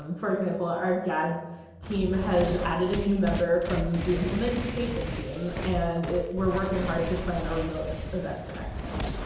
um for example, our gaad team has added a new member from the implementation team. and we're working hard to plan a remote event for next month.